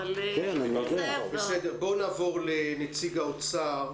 אבל --- נעבור לנציג האוצר,